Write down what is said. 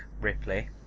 Ripley